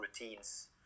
routines